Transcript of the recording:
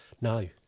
no